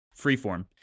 Freeform